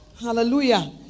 Hallelujah